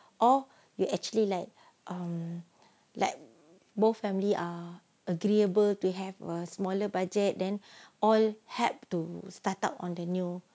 or you actually like err like both family are agreeable to have a smaller budget then all had to start out on the new